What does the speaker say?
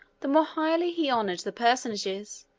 the more highly he honored the personages,